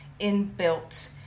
inbuilt